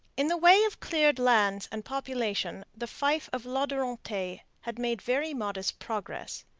in the way of cleared lands and population the fief of la durantaye had made very modest progress.